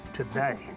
today